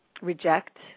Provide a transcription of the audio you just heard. reject